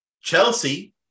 Chelsea